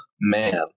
man